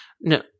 No –